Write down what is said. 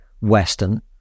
western